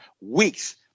weeks